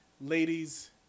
Ladies